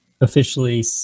officially